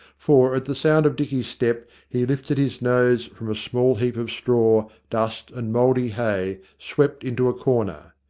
for at the sound of dicky's step he lifted his nose from a small heap of straw, dust, and mouldy hay, swept into a corner,